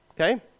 Okay